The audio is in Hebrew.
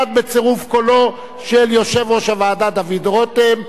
בצירוף קולו של יושב-ראש הוועדה דוד רותם,